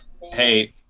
hey